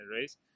race